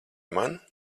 man